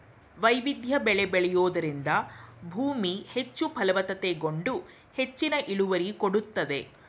ವೈವಿಧ್ಯ ಬೆಳೆ ಬೆಳೆಯೂದರಿಂದ ಭೂಮಿ ಹೆಚ್ಚು ಫಲವತ್ತತೆಗೊಂಡು ಹೆಚ್ಚಿನ ಇಳುವರಿ ಕೊಡುತ್ತದೆ